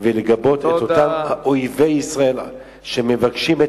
ולגבות את אותם אויבי ישראל שמבקשים את